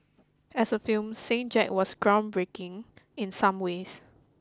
as a film Saint Jack was groundbreaking in some ways